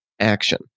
action